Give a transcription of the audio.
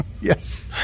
Yes